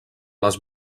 les